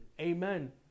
Amen